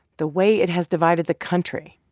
the way it has divided the country,